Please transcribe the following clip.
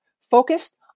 focused